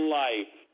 life